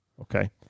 Okay